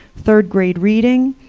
third grade reading,